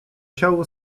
siał